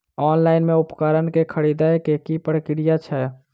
Online मे उपकरण केँ खरीदय केँ की प्रक्रिया छै?